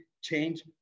change